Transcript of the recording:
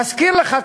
להזכיר לך,